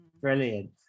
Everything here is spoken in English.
Brilliant